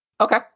Okay